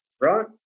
right